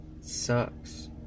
sucks